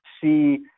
see